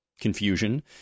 confusion